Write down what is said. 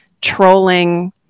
trolling